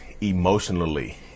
emotionally